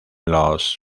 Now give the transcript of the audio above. los